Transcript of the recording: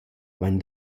vain